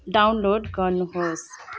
download गर्नुहोस्